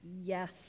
Yes